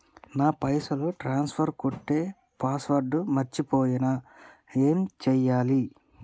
నా పైసల్ ట్రాన్స్ఫర్ కొట్టే పాస్వర్డ్ మర్చిపోయిన ఏం చేయాలి?